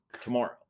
tomorrow